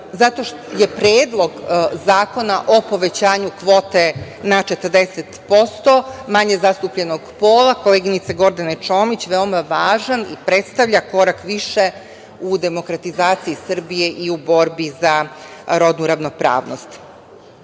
Zato je Predlog zakona o povećanju kvote na 40% manje zastupljenog pola koleginice Gordane Čomić veoma važan i predstavlja korak više u demokratizaciji Srbije i u borbi za rodnu ravnopravnost. Predlog